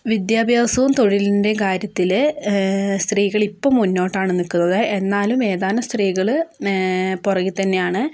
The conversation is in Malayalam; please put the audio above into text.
വിദ്യാഭ്യാസവും തൊഴിലിൻ്റെയും കാര്യത്തിൽ സ്ത്രീകളിപ്പം മുന്നോട്ടാണ് നിൽക്കുന്നത് എന്നാലും ഏതാനും സ്ത്രീകൾ പുറകിൽത്തന്നെയാണ്